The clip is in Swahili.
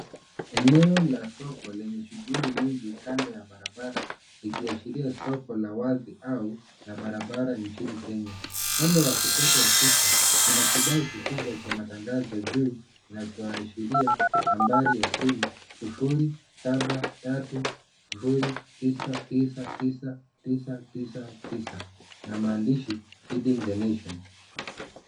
Eneo la soko lenye shughuli nyingi kando ya barabara, likiashiria soko la wazi au la barabara nchini Kenya. Upande wa kushoto wa picha, kuna kibao kikubwa cha matangazo juu kinachoashiria 0730999999 na maandishi feeding the nation .